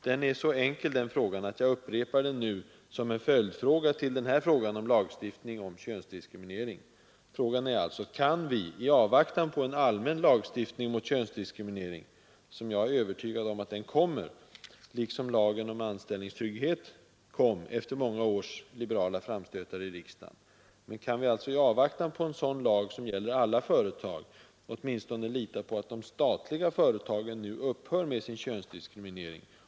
Frågan är så enkel att jag upprepar den som en följdfråga till frågan om lagstiftning mot könsdiskriminering. Frågan är alltså: Kan vi i avvaktan på en lagstiftning mot könsdiskriminering som gäller alla företag — jag är övertygad om att den kommer, liksom lagen om anställnings 203 trygghet kom efter många års liberala framstötar i riksdagen — åtminstone lita på att de statliga företagen upphör med sin könsdiskriminering?